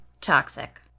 toxic